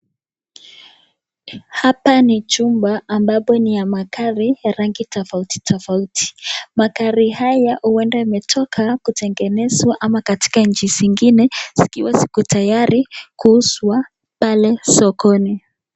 Hapa ni chumba ambapo ni ya magari ya rangi tofauti tofauti magari haya huenda imetoka kutengenezwa ama katika inchi zingine zikiwa ziko tayari kuuzwa pale sokoni.